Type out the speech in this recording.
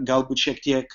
galbūt šiek tiek